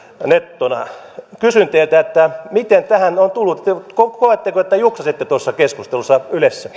nettona kysyn teiltä miten tähän on tultu ja koetteko että juksasitte tuossa puheenvuorossa ylessä